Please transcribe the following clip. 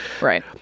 Right